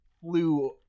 flew